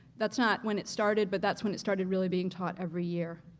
that's not when it started, but that's when it started really being taught every year.